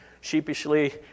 sheepishly